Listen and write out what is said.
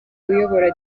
uyobora